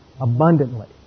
abundantly